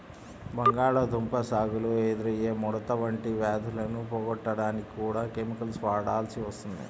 బంగాళాదుంప సాగులో ఎదురయ్యే ముడత వంటి వ్యాధులను పోగొట్టడానికి కూడా కెమికల్స్ వాడాల్సి వస్తుంది